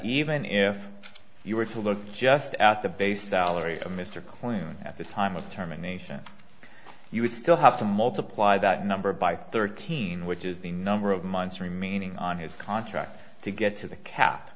even if you were to look just at the base salary of mr quinn at the time of terminations you would still have to multiply that number by thirteen which is the number of months remaining on his contract to get to the cap